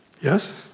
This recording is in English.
Yes